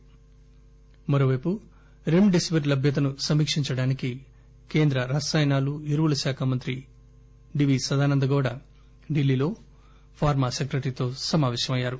కాగా remdesivir లభ్యతను సమీక్షించడానికి కేంద్ర రసాయనాలు ఎరువుల శాఖ మంత్రి డివి సదానంద గౌడ ఢిల్లీలో ఫార్మా సెక్రటరీతో సమాపేశం జరిపారు